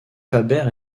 faber